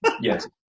Yes